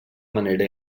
manera